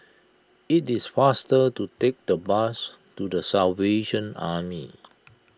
it is faster to take the bus to the Salvation Army